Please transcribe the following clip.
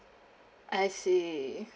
I see